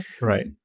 right